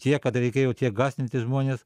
tiek kad reikėjo tiek gąsdinti žmones